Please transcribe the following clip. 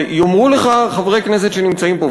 ויאמרו לך חברי כנסת שנמצאים פה,